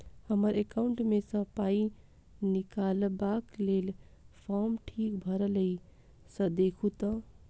हम्मर एकाउंट मे सऽ पाई निकालबाक लेल फार्म ठीक भरल येई सँ देखू तऽ?